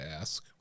ask